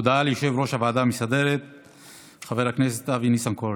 הודעה ליושב-ראש הוועדה המסדרת חבר הכנסת אבי ניסנקורן.